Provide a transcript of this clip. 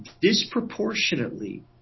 disproportionately